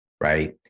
right